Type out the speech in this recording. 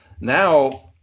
now